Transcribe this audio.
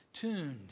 tuned